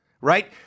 right